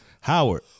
Howard